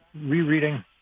rereading